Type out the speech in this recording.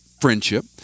friendship